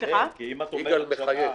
כי אם את אומרת "שנה",